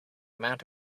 amount